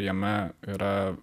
jame yra